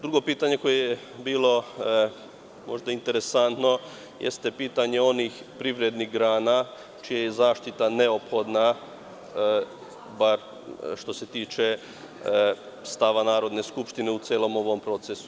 Drugo pitanje koje je bilo, možda interesantno, jeste pitanje onih privrednih grana čija je zaštita neophodna, bar što se tiče stava Narodne skupštine u celom ovom procesu.